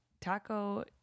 Taco